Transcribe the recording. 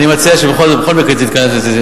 אני מציע שבכל מקרה היא תתכנס.